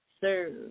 serve